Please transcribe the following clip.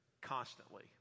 constantly